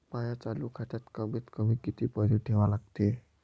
माया चालू खात्यात कमीत कमी किती पैसे ठेवा लागते?